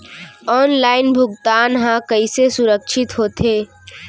Online भुगतान हा कइसे सुरक्षित होथे?